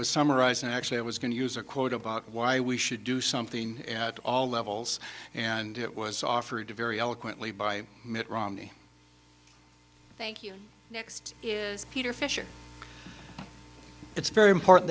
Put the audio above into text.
was summarized in actually i was going to use a quote about why we should do something at all levels and it was offered to very eloquently by mitt romney thank you next is peter fisher it's very important